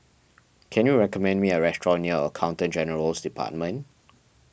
can you recommend me a restaurant near Accountant General's Department